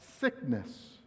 sickness